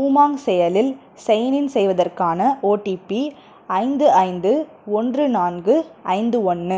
உமாங் செயலியில் சைன்இன் செய்வதற்கான ஓடிபி ஐந்து ஐந்து ஒன்று நான்கு ஐந்து ஒன்று